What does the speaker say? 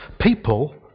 people